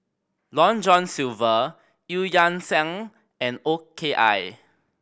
Long John Silver Eu Yan Sang and O K I